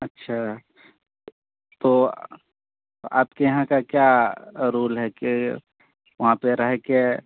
اچھا تو آپ کے یہاں کا کیا رول ہے کہ وہاں پہ رہ کے